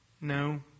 No